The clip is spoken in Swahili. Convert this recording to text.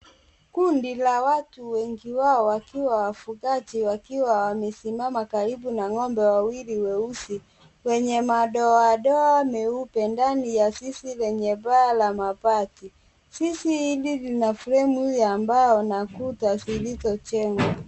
Kundi la watu, wengi wao wakiwa wafugaji wakiwa wamesimama karibu na ng'ombe wawili weusi wenye madoadoa meupe ndani ya zizi lenye paa la mabati. Zizi hili lina fremu ya mbao na kuta zilizojengwa.